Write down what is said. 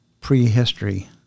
prehistory